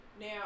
Now